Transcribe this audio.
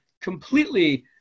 completely